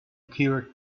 cured